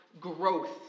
growth